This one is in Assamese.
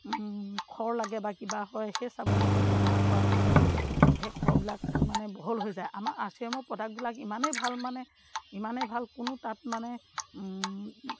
খৰ লাগে বা কিবা হয় সেই চাবোনডোখৰ ব্যৱহাৰ কৰাৰ পিছত সেই খৰবিলাক মানে বহল হৈ যায় আমাৰ আৰ চি এমৰ প্ৰডাক্টবিলাক ইমানেই ভাল মানে ইমানেই ভাল কোনো তাত মানে